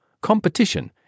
Competition